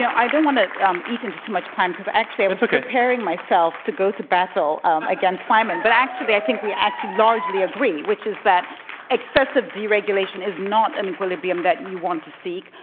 yeah, i don't want to um eat into too much time, because actually i was that's okay. preparing myself to go to battle against simon, but actually i think we actually largely agree, which is that excessive deregulation is not an equilibrium that you want to seek,